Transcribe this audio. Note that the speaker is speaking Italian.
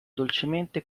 dolcemente